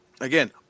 Again